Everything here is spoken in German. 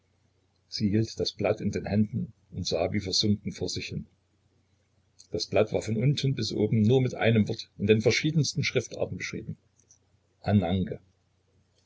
sie hielt das blatt in den händen und sah wie versunken vor sich hin das blatt war von unten bis oben nur mit einem worte in den verschiedensten schriftarten beschrieben